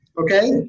Okay